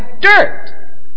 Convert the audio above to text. dirt